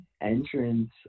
entrance